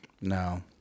No